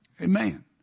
Amen